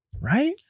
right